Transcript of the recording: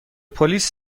پلیس